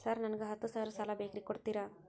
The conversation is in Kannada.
ಸರ್ ನನಗ ಹತ್ತು ಸಾವಿರ ಸಾಲ ಬೇಕ್ರಿ ಕೊಡುತ್ತೇರಾ?